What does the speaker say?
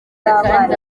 kandi